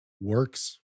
works